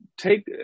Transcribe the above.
Take